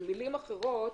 במילים אחרות,